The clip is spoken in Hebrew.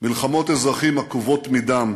מלחמות אזרחים עקובות מדם,